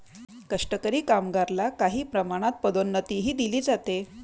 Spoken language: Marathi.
कष्टकरी कामगारला काही प्रमाणात पदोन्नतीही दिली जाते